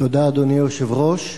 אדוני היושב-ראש,